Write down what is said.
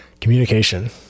Communication